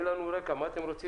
מה אתם רוצים